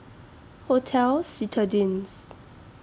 Hotel Citadines